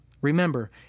Remember